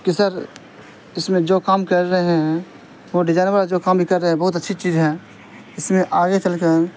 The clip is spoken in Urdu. کہ سر اس میں جو کام کر رہے ہیں وہ ڈیزائنر جو کام ابھی کر رہے ہیں بہت اچھی چیز ہیں اس میں آگے چل کر